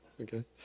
okay